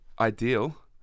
ideal